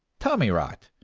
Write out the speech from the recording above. tommyrot!